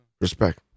respect